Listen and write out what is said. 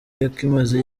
yakimaze